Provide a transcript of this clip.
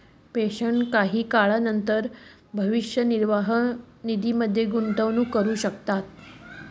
pension काढी टाकानंतर तुमी भविष्य निर्वाह निधीमा गुंतवणूक करतस